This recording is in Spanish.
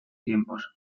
tiempos